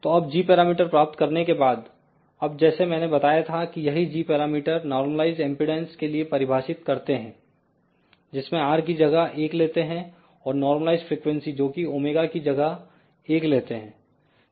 तो अब g parameter प्राप्त करने के बाद अब जैसे मैंने बताया था की यही g पैरामीटर नॉर्मलाइज्ड एमपीडांस के लिए परिभाषित करते हैं जिसमें R की जगह 1 लेते हैं और नॉर्मलाइज्ड फ्रिकवेंसी जोकि ω की जगह 1 लेते हैं